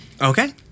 okay